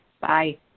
Bye